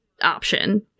option